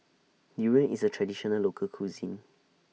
Durian IS A Traditional Local Cuisine